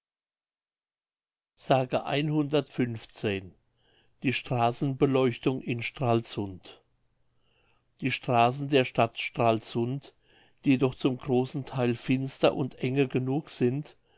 die straßenbeleuchtung in stralsund die straßen der stadt stralsund die doch zum großen theil finster und enge genug sind